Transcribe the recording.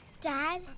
Dad